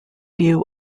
view